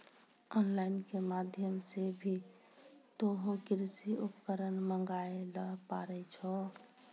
on line के माध्यम से भी तोहों कृषि उपकरण मंगाय ल पारै छौ